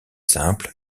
simples